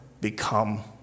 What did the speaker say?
become